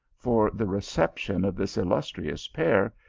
for the reception of this illustrious pair,